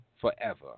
forever